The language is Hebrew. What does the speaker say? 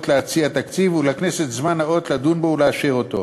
להציע תקציב ולכנסת זמן נאות לדון בו ולאשר אותו,